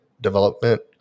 development